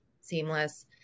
seamless